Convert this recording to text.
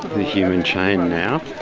the human chain now,